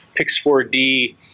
Pix4D